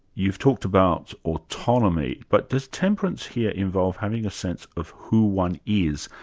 you've talked about autonomy, but does temperance here involve having a sense of who one is,